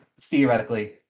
theoretically